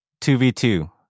2v2